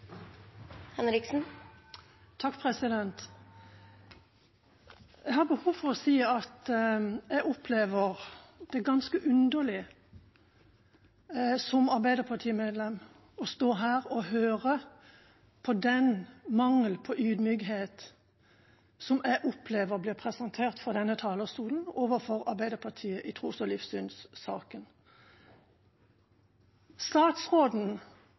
Jeg har behov for å si at jeg som arbeiderpartimedlem opplever det som ganske underlig å stå her og høre på den mangel på ydmykhet som jeg opplever blir presentert fra denne talerstolen overfor Arbeiderpartiet i tros- og livssynssaken. Statsråden